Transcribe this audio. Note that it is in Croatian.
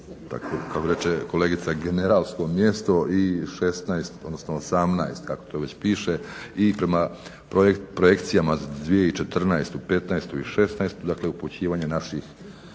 imamo kako reće kolegica generalsko mjesto i 16 odnosno 18 kako to već piše i prema projekcijama za 2014.,2015.i 2016. dakle upućivanje naših